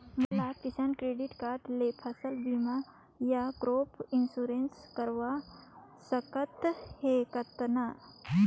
मोला किसान credit card ले फसल बीमा या क्रॉप इंश्योरेंस करवा सकथ हे कतना?